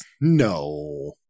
No